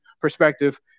perspective